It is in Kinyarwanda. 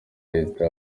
leta